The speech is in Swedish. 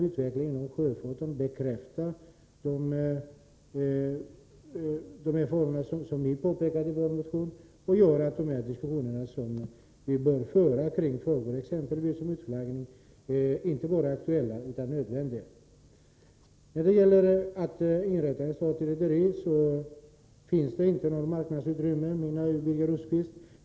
Utvecklingen inom sjöfarten bekräftar i verkligheten det berättigade i de frågor som vi tar upp i vår motion, och det gör att de diskussioner som vi bör föra exempelvis i frågor om utflaggning inte bara är aktuella utan nödvändiga. Birger Rosqvist menar att det inte finns något marknadsutrymme för att inrätta ett statligt rederi.